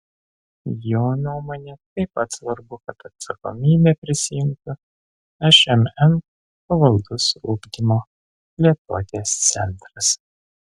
jo nuomone taip pat svarbu kad atsakomybę prisiimtų šmm pavaldus ugdymo plėtotės centras